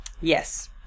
Yes